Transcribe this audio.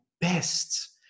best